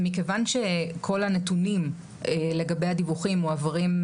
מכיוון שכל הנתונים לגבי הדיווחים יועברו